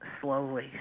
slowly